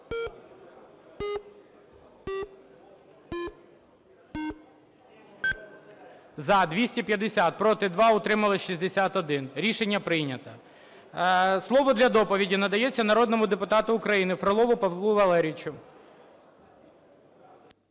За-250 Проти – 2, утрималися – 61. Рішення прийнято. Слово для доповіді надається народному депутату України Фролову Павлу Валерійовичу.